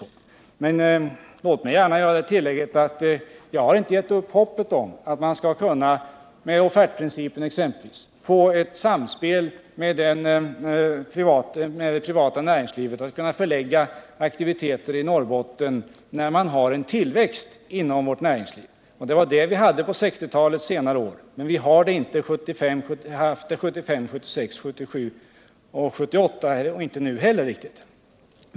Låt mig tillägga att jag inte har gett upp hoppet att man med exempelvis offertprincipen skall kunna få ett samspel med det privata näringslivet, så att aktiviteter skall kunna förläggas i Norrbotten när det finns en tillväxt inom vårt näringsliv. Under 1960-talets sista år hade vi en tillväxt, men det hade vi inte 1975, 1976, 1977 och 1978 — och det har vi inte riktigt nu heller.